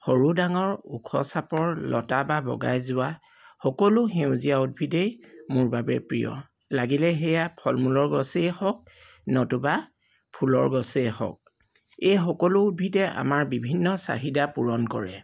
সৰু ডাঙৰ ওখ চাপৰ লতা বা বগাই যোৱা সকলো সেউজীয়া উদ্ভিদেই মোৰ বাবে প্ৰিয় লাগিলে সেয়া ফল মূলৰ গছেই হওক নতুবা ফুলৰ গছেই হওক এই সকলো উদ্ভিদেই আমাৰ বিভিন্ন চাহিদা পূৰণ কৰে